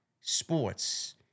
sports